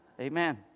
Amen